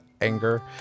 anger